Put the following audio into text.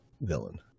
villain